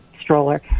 stroller